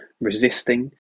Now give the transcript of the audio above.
resisting